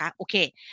okay